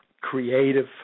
creative